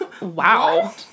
wow